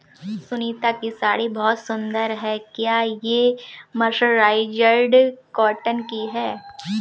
सुनीता की साड़ी बहुत सुंदर है, क्या ये मर्सराइज्ड कॉटन की है?